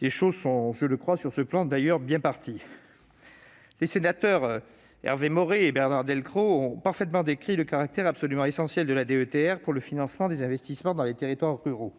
Les choses sont à mon sens bien parties. Les sénateurs Hervé Maurey et Bernard Delcros ont parfaitement décrit le caractère absolument essentiel de la DETR pour le financement des investissements dans les territoires ruraux.